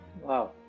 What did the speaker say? Wow